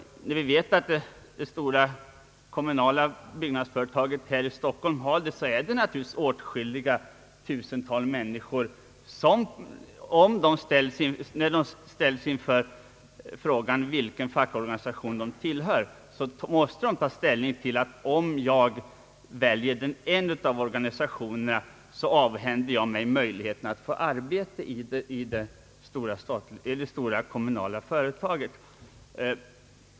När vi vet att det stora kommunala byggnadsföretaget här i Stockholm tillämpar sådana bestämmelser, förstår vi att det är åtskilliga människor som, när de ställs inför frågan vilken fackorganisation de skall tillhöra, måste ta hänsyn till detta. De vet att de om de väljer en viss organisation avhänder sig möjligheten att få arbete i det kommunala företaget.